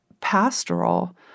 pastoral